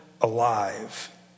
alive